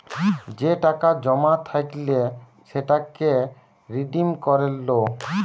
যে টাকা জমা থাইকলে সেটাকে রিডিম করে লো